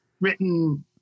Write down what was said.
written